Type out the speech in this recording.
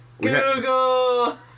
Google